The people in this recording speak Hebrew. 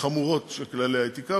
חמורות של כללי האתיקה,